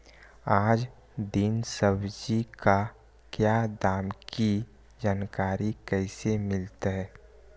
आज दीन सब्जी का क्या दाम की जानकारी कैसे मीलतय?